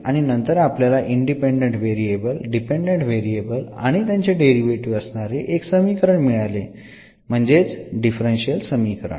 आणि नंतर आपल्याला इंडिपेंडंट व्हेरिएबल डिपेंडंट व्हेरिएबल आणि त्यांचे डेरिव्हेटीव्ह असणारे एक समीकरण मिळाले म्हणजे डिफरन्शियल समीकरण